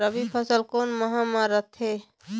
रबी फसल कोन माह म रथे?